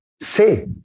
Say